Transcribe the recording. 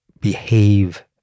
Behave